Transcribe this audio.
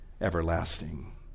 everlasting